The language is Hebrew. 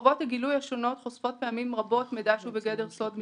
חובות הגילוי השונות חושפות פעמים רבות מידע שהוא בגדר סוד מסחרי,